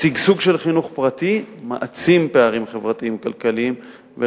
שגשוג של חינוך פרטי מעצים פערים כלכליים וחברתיים,